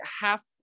half